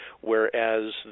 whereas